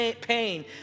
pain